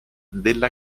della